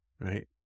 right